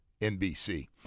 NBC